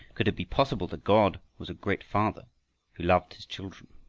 could it be possible that god was a great father who loved his children?